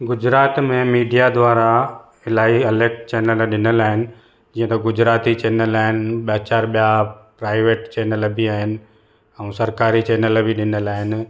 गुजरात में मीडिया द्वारा इलाही अलॻि चैनल ॾिनल आहिनि जीअं त गुजराती चैनल आहिनि ॿ चारि ॿिया प्राइवेट चैनल बि आहिनि ऐं सरकारी चैनल बि ॾिनल आहिनि